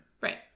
right